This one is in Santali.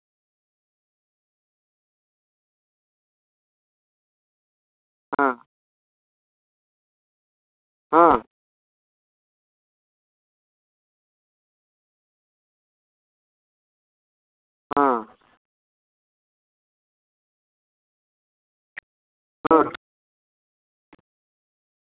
ᱦᱮᱸ ᱦᱮᱸ ᱦᱮᱸ ᱦᱮᱸ